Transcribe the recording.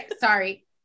sorry